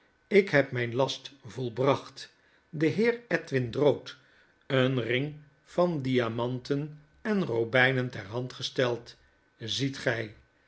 lk heb myn last volbracht den heer edwin drood een ring van diamanten en robynen ter hand gesteld ziet gy